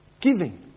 Giving